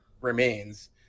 remains